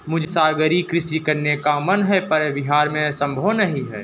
मुझे सागरीय कृषि करने का मन है पर बिहार में ये संभव नहीं है